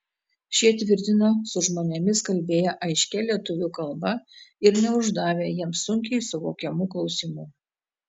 šie tvirtina su žmonėmis kalbėję aiškia lietuvių kalba ir neuždavę jiems sunkiai suvokiamų klausimų